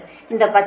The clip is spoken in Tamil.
எனவே அது 0